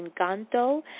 Encanto